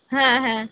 হ্যাঁ হ্যাঁ